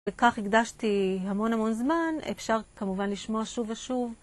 וכך הקדשתי המון המון זמן, אפשר כמובן לשמוע שוב ושוב.